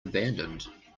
abandoned